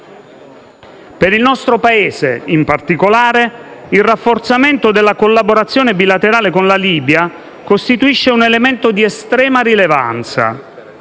Per il nostro Paese, in particolare, il rafforzamento della collaborazione bilaterale con la Libia costituisce un elemento di estrema rilevanza,